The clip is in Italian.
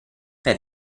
per